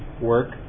work